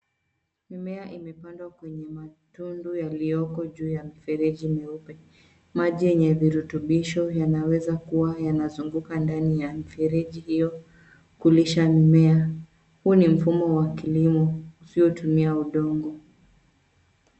Mimea imepandwa kwenye matundu yaliyoko juu ya mfereji mweupe. Maji yenye virutubisho yanaweza kuwa yanazunguka ndani ya mfereji hiyo kulisha mimea. Huu ni mfumo wa kilimo usiotumia udongo.